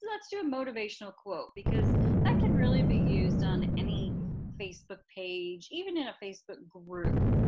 do let's do a motivational quote because that can really be used on any facebook page, even in a facebook group.